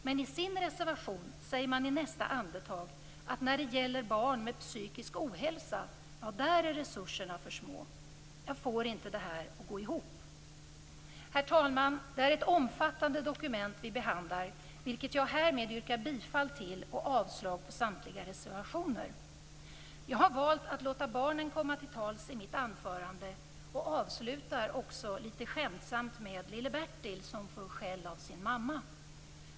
Men i sin reservation säger de i nästa andetag att när det gäller barn med psykisk ohälsa är resurserna för små. Jag får inte detta att gå ihop. Herr talman! Det är ett omfattande dokument som vi behandlar, och jag yrkar bifall till hemställan i betänkandet och avslag på samtliga reservationer. Jag har valt att låta barnen komma till tals i mitt anförande och avslutar också lite skämtsamt med lille Bertil som fått skäll av sin mamma.